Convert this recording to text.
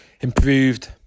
improved